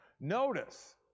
Notice